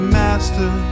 master